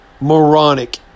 moronic